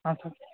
ಹಾಂ ಸರ್